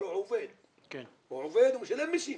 הוא עובד והוא משלם מסים